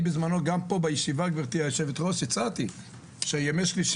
בזמנו גם פה בישיבה הצעתי שימי שלישי